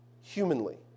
humanly